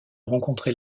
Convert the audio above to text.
rencontrer